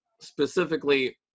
specifically